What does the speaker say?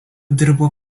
dirbo